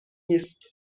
نیست